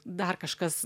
dar kažkas